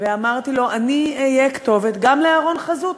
ואמרתי לו: אני אהיה כתובת גם לאהרן חזות,